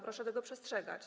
Proszę tego przestrzegać.